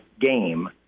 game